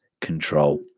control